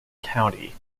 county